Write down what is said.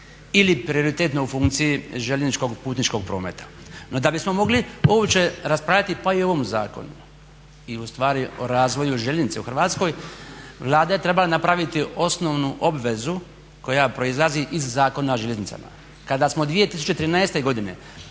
ili prioritetno u funkciji željezničkog putničkog prometa. No, da bismo mogli uopće raspravljati pa i o ovom zakonu i u stvari o razvoju željeznice u Hrvatskoj Vlada je trebala napraviti osnovnu obvezu koja proizlazi iz Zakona o željeznicama. Kada smo 2013. godine